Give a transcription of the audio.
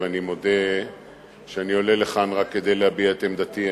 ואני מודה שאני עולה לכאן רק כדי להביע את עמדתי.